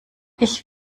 ich